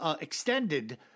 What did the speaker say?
extended